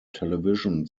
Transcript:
television